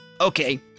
Okay